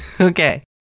okay